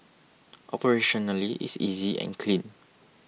operationally it's easy and clean